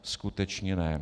Skutečně ne.